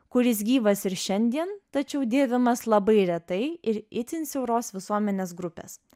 kuris gyvas ir šiandien tačiau dėvimas labai retai ir itin siauros visuomenės grupės